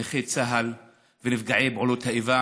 נכי צה"ל ונפגעי פעולות האיבה